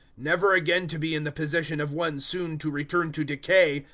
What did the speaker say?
never again to be in the position of one soon to return to decay,